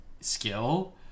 skill